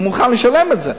הוא מוכן לשלם את זה.